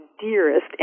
dearest